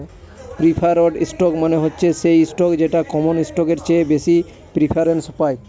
preferred stock মানে হচ্ছে সেই স্টক যেটা কমন স্টকের চেয়ে বেশি প্রিফারেন্স পায়